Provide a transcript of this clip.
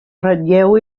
ratlleu